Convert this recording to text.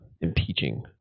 impeaching